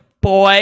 boy